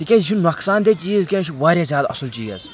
تِکیازِ یہِ چھُ نۄقصان دہ چیٖز کینٛہہ یہِ چھُ واریاہ زیادٕ اَصٕل چیٖز